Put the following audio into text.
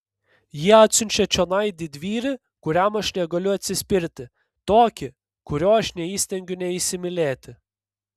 jie atsiunčia čionai didvyrį kuriam aš negaliu atsispirti tokį kurio aš neįstengiu neįsimylėti